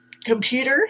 Computer